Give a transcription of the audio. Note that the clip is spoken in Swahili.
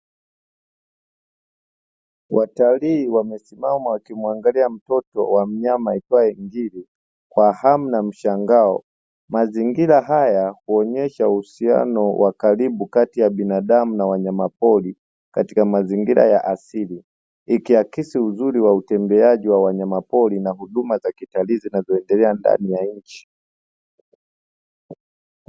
Watalii wamesimama wakimwangalia mtoto wa mnyama aitwaye ngili kwa hamu na mshangao, mazingira haya huonesha uhusiano wa karibu kati ya binadamu na wanyama pori katika mazingira ya asili; ikiakisi uzuri wa utembeaji wa wanyama pori na huduma za kitalii zinazoendelea ndani ya nchi.